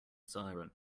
siren